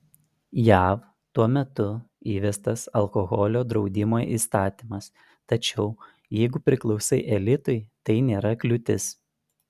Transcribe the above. jav tuo metu įvestas alkoholio draudimo įstatymas tačiau jeigu priklausai elitui tai nėra kliūtis